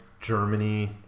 Germany